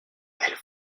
elle